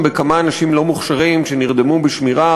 שם בכמה אנשים לא מוכשרים שנרדמו בשמירה,